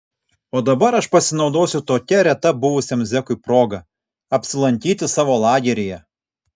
o dabar aš pasinaudosiu tokia reta buvusiam zekui proga apsilankyti savo lageryje